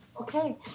Okay